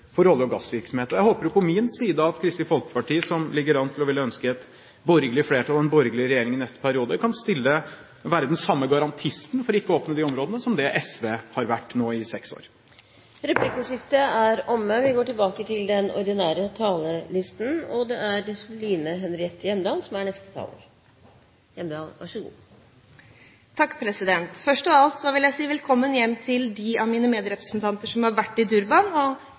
for olje- og gassvirksomhet. Jeg håper jo på fra min side at Kristelig Folkeparti, som ligger an til å ville ønske et borgerlig flertall og en borgerlig regjering i neste periode, kan være den samme garantisten for ikke å åpne disse områdene som det SV har vært nå i seks år. Replikkordskiftet er omme. Først av alt vil jeg si velkommen hjem til dem av mine medrepresentanter som har vært i Durban, og jeg vil også si velkommen hjem til miljøvernminister Solheim, som per nå er værfast. Han skulle fått skryt for den jobben han har